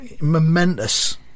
momentous